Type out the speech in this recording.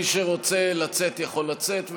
מי שרוצה לצאת יכול לצאת,